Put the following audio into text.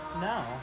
No